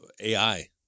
AI